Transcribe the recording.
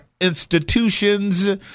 institutions